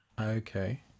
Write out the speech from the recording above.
Okay